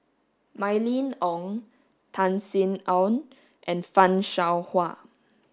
Mylene Ong Tan Sin Aun and Fan Shao Hua